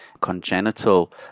congenital